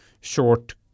short